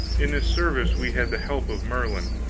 in this service we had the help of merlin,